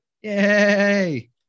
Yay